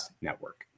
Network